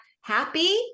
happy